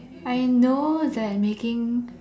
I know that making